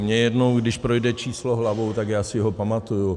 Mně jednou, když projde číslo hlavou, tak já si ho pamatuju.